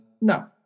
no